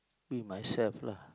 be myself lah